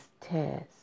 test